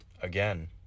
again